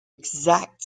exact